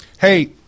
Hey